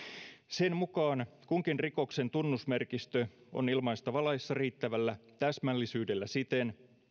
sen mukaan kunkin rikoksen tunnusmerkistö on ilmaistava laissa riittävällä täsmällisyydellä siten